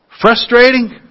frustrating